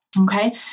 Okay